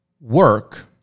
work